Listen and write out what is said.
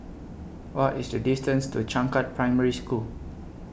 What IS The distance to Changkat Primary School